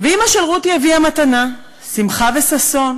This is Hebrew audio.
אימא של רותי הביאה מתנה, שמחה וששון,